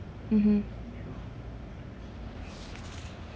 mmhmm